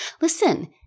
Listen